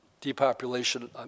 depopulation